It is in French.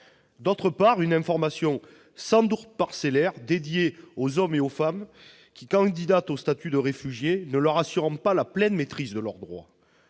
d'autre part, l'information sans doute parcellaire dédiée aux hommes et aux femmes qui candidatent au statut de réfugié, ne leur assurant pas la pleine maîtrise de leurs droits.